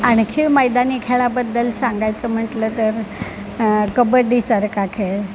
आणखी मैदानी खेळाबद्दल सांगायचं म्हटलं तर कबड्डीसारखा खेळ